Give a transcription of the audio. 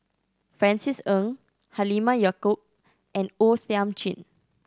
Francis Ng Halimah Yacob and O Thiam Chin